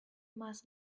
must